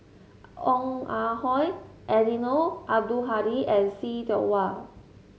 Ong Ah Hoi Eddino Abdul Hadi and See Tiong Wah